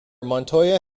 montoya